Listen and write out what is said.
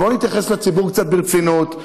ובואו נתייחס לציבור קצת ברצינות.